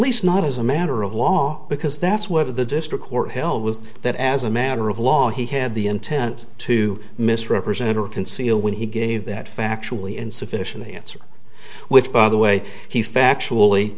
least not as a matter of law because that's where the district court held was that as a matter of law he had the intent to misrepresent or conceal when he gave that factually insufficient answer which by the way he factually